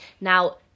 Now